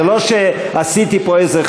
זה לא שעשיתי פה איזה,